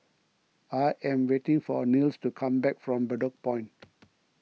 I am waiting for Nils to come back from Bedok Point